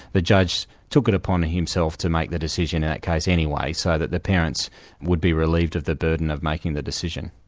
the judge took it upon himself to make the decision in that case anyway, so that the parents would be relieved of the burden of making the decision.